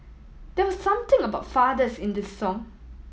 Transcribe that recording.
there was something about fathers in this song